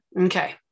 okay